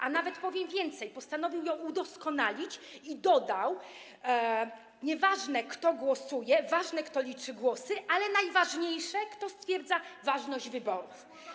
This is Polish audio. A nawet, powiem więcej, postanowił ją udoskonalić i dodał - nieważne, kto głosuje, ważne, kto liczy głosy, ale najważniejsze, kto stwierdza ważność wyborów.